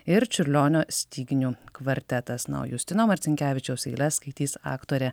ir čiurlionio styginių kvartetas na o justino marcinkevičiaus eiles skaitys aktorė